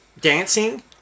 dancing